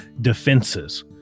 defenses